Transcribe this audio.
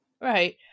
right